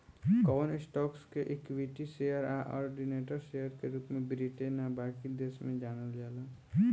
कवन स्टॉक्स के equity share आ ऑर्डिनरी शेयर के रूप में ब्रिटेन आ बाकी देश में जानल जाला